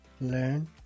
learn